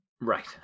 Right